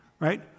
right